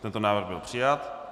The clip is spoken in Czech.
Tento návrh byl přijat.